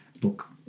book